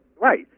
Right